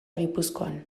gipuzkoan